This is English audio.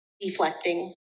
deflecting